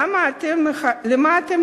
למה אתם מחכים?